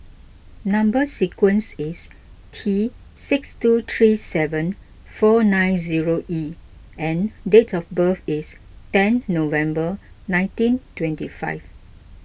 Number Sequence is T six two three seven four nine zero E and date of birth is ten November nineteen twenty five